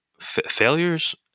failures